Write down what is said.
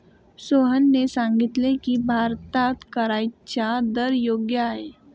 सोहनने सांगितले की, भारतात कराचा दर योग्य आहे